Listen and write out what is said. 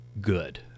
good